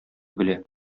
белә